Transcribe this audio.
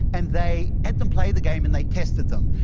and they had them play the game and they tested them.